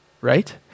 Right